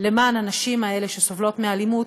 למען הנשים האלה שסובלות מאלימות,